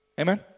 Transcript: Amen